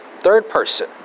Third-person